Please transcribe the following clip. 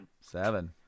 Seven